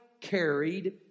carried